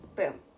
Boom